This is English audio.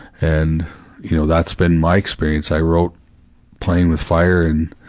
and you know, that's been my experience. i wrote playing with fire in